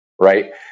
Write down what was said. right